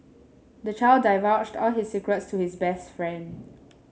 the child divulged all his secrets to his best friend